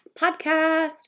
podcast